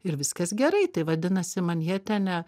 ir viskas gerai tai vadinasi manhetene